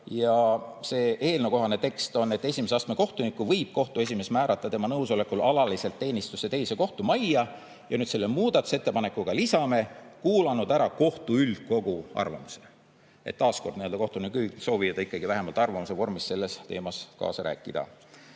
Ja see eelnõukohane tekst on: "Esimese astme kohtuniku võib kohtu esimees määrata tema nõusolekul alaliselt teenistusse teise kohtumajja." Ja selle muudatusettepanekuga lisame: "kuulanud ära kohtu üldkogu arvamuse." Taas kord kohtunike ühingu soov vähemalt arvamuse vormis selles teemas kaasa rääkida.